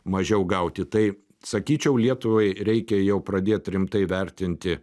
mažiau gauti tai sakyčiau lietuvai reikia jau pradėt rimtai vertinti